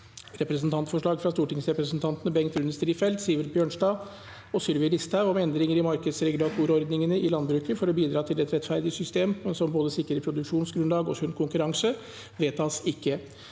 Representantforslag fra stortingsrepresentantene Bengt Rune Strifeldt, Sivert Bjørnstad og Sylvi Listhaug om endringer i markedsregulatorordningene i landbruket for å bidra til et rettferdig system som både sikrer produksjonsgrunnlag og sunn konkurranse – vedtas ikke.